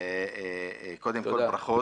קודם כל ברכות.